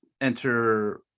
enter